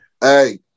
Hey